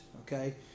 okay